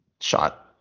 shot